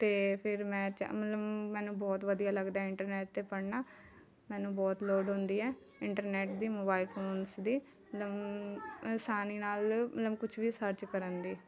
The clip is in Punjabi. ਅਤੇ ਫਿਰ ਮੈਂ ਚ ਮਤਲਬ ਮੈਨੂੰ ਬਹੁਤ ਵਧੀਆ ਲੱਗਦਾ ਹੈ ਇੰਟਰਨੈੱਟ 'ਤੇ ਪੜ੍ਹਨਾ ਮੈਨੂੰ ਬਹੁਤ ਲੋੜ ਹੁੰਦੀ ਹੈ ਇੰਟਰਨੈੱਟ ਦੀ ਮੋਬਾਈਲ ਫ਼ੋਨਸ ਦੀ ਆਸਾਨੀ ਨਾਲ਼ ਮਤਲਬ ਕੁਛ ਵੀ ਸਰਚ ਕਰਨ ਦੀ